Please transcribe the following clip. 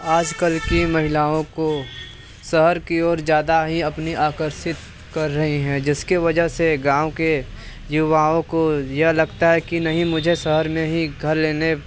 आजकल की महिलाओं को शहर की ओर ज़्यादा ही अपनी आकर्षित कर रहीं हैं जिसके वजह से गाँव के युवाओं को यह लगता है कि नहीं मुझे शहर में ही घर लेने